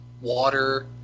water